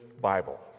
Bible